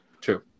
True